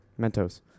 Mentos